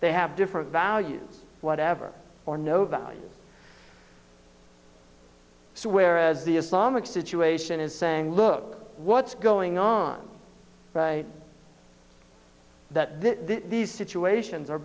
they have different values whatever or no value so whereas the islamic situation is saying look what's going on that these situations are